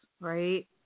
right